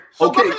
Okay